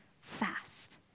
fast